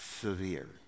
severe